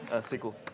Sequel